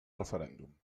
referèndum